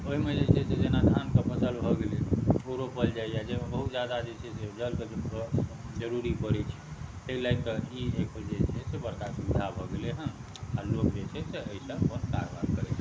ओहिमे जे छै से जेना धानके फसल भऽ गेलै ओ रोपल जाइए जाहिमे बहुत जादा जे छै से जलके जरूरी पड़ैत छै एहि लैके ई एगो जे छै से बड़का सुविधा भऽ गेलै हन आ लोक जे छै से एहिसँ अपन कारोबार करैत छथि